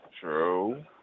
True